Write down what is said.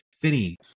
finny